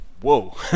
whoa